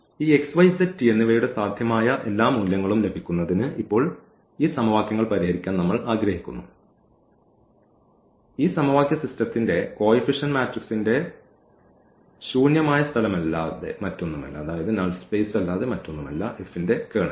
ഈ x y z t എന്നിവയുടെ സാധ്യമായ എല്ലാ മൂല്യങ്ങളും ലഭിക്കുന്നതിന് ഇപ്പോൾ ഈ സമവാക്യങ്ങൾ പരിഹരിക്കാൻ നമ്മൾ ആഗ്രഹിക്കുന്നു ഈ സമവാക്യ സിസ്റ്റത്തിന്റെ കോയിഫിഷ്യന്റ് മാട്രിക്സിന്റെ ശൂന്യമായ സ്ഥലമല്ലാതെ മറ്റൊന്നുമല്ല F ന്റെ കേർണൽ